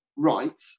right